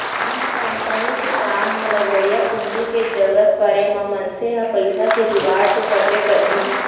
company के काम म लगवइया पूंजी के जरूरत परे म मनसे ह पइसा के जुगाड़ तो करबे करही